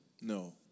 No